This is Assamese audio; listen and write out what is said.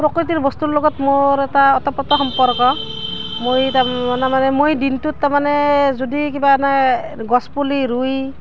প্ৰকৃতিৰ বস্তুৰ লগত মোৰ এটা ওতঃপ্ৰোত সম্পৰ্ক মই তাৰ মানে মানে মই দিনটোত তাৰ মানে যদি কিবা নাই গছপুলি ৰুই